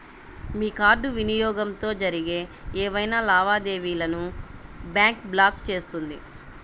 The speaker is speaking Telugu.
మీ కార్డ్ వినియోగంతో జరిగే ఏవైనా లావాదేవీలను బ్యాంక్ బ్లాక్ చేస్తుంది